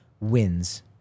wins